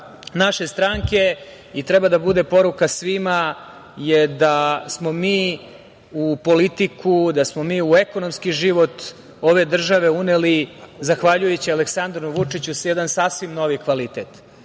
naše stranke i treba da bude poruka svima je da smo mi u politiku, da smo mi u ekonomski život ove države uneli, zahvaljujući Aleksandru Vučiću, jedan sasvim novi kvalitet,